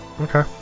okay